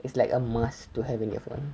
it's like a must to have in your phone